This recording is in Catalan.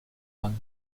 banc